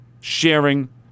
sharing